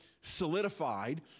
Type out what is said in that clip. solidified